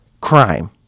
crime